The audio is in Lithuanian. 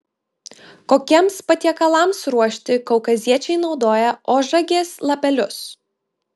kokiems patiekalams ruošti kaukaziečiai naudoja ožragės lapelius